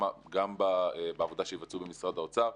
גם בעבודה שיבצעו במשרד האוצר,